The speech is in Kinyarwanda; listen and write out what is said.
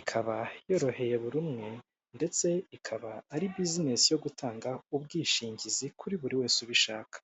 ikaba yoroheye buri umwe ndetse ikaba ari bizinesi yo gutanga ubwishingizi kuri buri wese ubishaka.